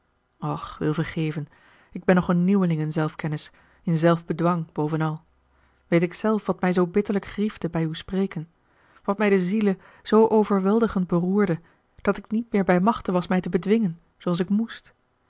och wil vergeven ik ben nog een nieuweling in zelfkennis in zelfbedwang bovenal weet ik zelf wat mij zoo bitterlijk griefde bij uw spreken wat mij de ziele zoo overweldigend beroerde dat ik niet meer bij machte was mij te bedwingen zooals ik moest